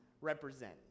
represent